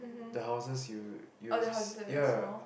the houses you you ya